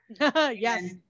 yes